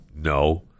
No